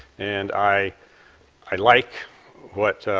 and i i like what